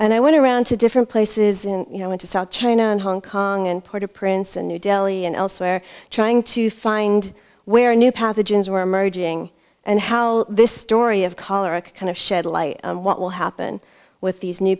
and i went around to different places you know into south china and hong kong and port au prince in new delhi and elsewhere trying to find where new pathogens were emerging and how this story of cholera kind of shed light on what will happen with these new